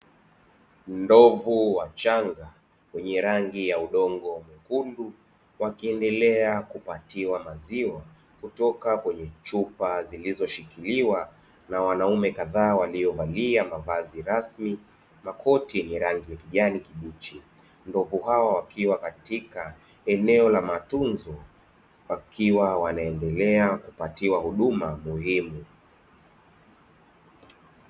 Ndovu wachanga wenye rangi ya udongo mwekundu wakiendelea kupatiwa maziwa kutoka kwenye chupa zilizo shikiliwa na wanaume kadhaa walio valia mavazi rasmi, makoti yenye rangi ya kijani kibichi, ndovu hawa wakiwa katika eneo la matunzo wakiwa wanaendelea kupatiwa huduma muhimu.